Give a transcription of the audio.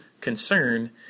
concern